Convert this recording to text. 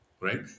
right